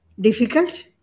difficult